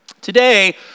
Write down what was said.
Today